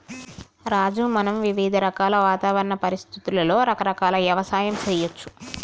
రాజు మనం వివిధ రకాల వాతావరణ పరిస్థితులలో రకరకాల యవసాయం సేయచ్చు